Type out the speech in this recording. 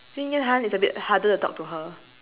xin yan han is a bit harder to talk to her